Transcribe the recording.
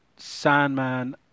Sandman